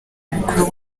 mukuru